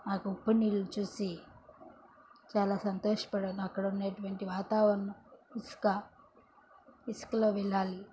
ఆ యొక్క ఉప్పు నీళ్ళు చూసి చాలా సంతోషపడాను అక్కడ ఉండేటువంటి వాతావరణం ఇసుక ఇసుకలో వెళ్లాలి